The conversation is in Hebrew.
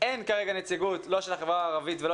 אין כרגע נציגות לא של החברה הערבית וגם